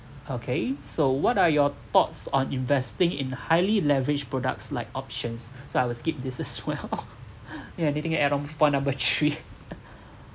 okay so what are your thoughts on investing in highly leveraged products like options so I'll skip this as well yeah anything add on point number three